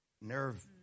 nerve